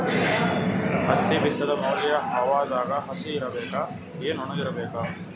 ಹತ್ತಿ ಬಿತ್ತದ ಮ್ಯಾಲ ಹವಾದಾಗ ಹಸಿ ಇರಬೇಕಾ, ಏನ್ ಒಣಇರಬೇಕ?